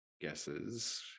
guesses